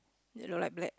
you don't like black